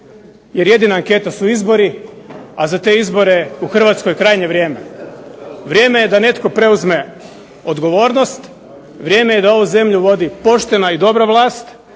jer jedina anketa su izbori, a za te izbore u Hrvatskoj je krajnje vrijeme. Vrijeme je da netko preuzme odgovornost, vrijeme je da ovu zemlju vodi poštena i dobra vlast,